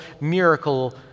miracle